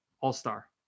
all-star